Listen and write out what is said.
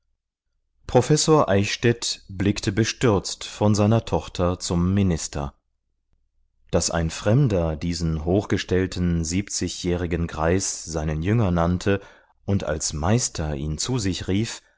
professor eichstädt blickte bestürzt von seiner tochter zum minister daß ein fremder diesen hochgestellten siebzigjährigen greis seinen jünger nannte und als meister ihn zu sich rief